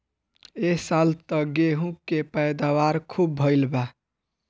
ए साल त गेंहू के पैदावार खूब भइल बा